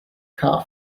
car